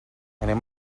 anem